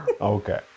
Okay